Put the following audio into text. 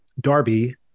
Darby